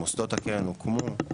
מוסדות הקרן הוקמו,